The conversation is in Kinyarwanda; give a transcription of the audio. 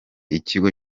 ikigo